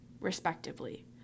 respectively